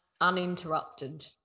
uninterrupted